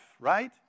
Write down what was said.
right